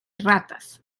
ratas